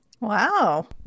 Wow